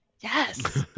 Yes